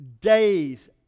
days